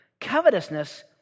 covetousness